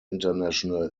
international